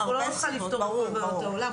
אנחנו לא נוכל לפתור את כל בעיות העולם,